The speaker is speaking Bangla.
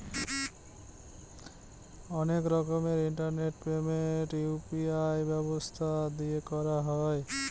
অনেক রকমের ইন্টারনেট পেমেন্ট ইউ.পি.আই ব্যবস্থা দিয়ে করা হয়